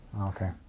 Okay